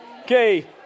Okay